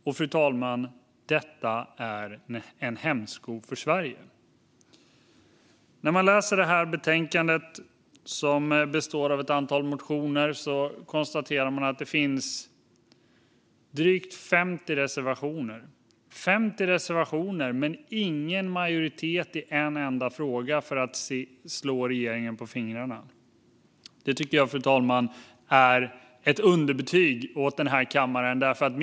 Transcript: Detta är en hämsko för Sverige, fru talman. I det här betänkandet, där ett antal motioner behandlas, finns det drygt 50 reservationer - 50 reservationer, men inte majoritet i en enda fråga för att slå regeringen på fingrarna. Det tycker jag är ett underbetyg åt den här kammaren, fru talman.